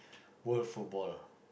World Football